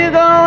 go